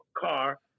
car